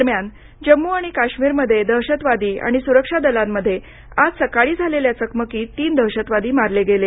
दरम्यान जम्मू आणि काश्मीरमध्ये दहशतवादी आणि सुरक्षा दलांमध्ये आज सकाळी झालेल्या चकमकीत तीन दहशतवादी मारले गेले